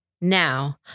Now